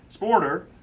Sporter